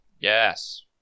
Yes